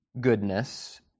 goodness